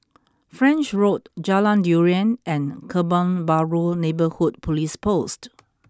French Road Jalan Durian and Kebun Baru Neighbourhood Police Post